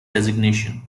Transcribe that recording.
designation